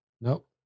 Nope